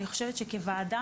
אני חושבת שכוועדה,